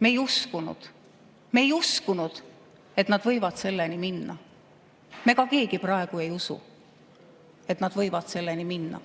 me ei uskunud, et nad võivad selleni minna. Me ka keegi praegu ei usu, et nad võivad selleni minna,